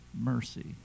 mercy